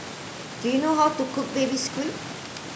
do you know how to cook baby squid